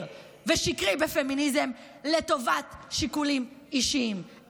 ושקרי בפמיניזם לטובת שיקולים אישיים,